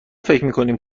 فکرمیکنیم